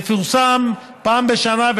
מפורסם פעם בשנה,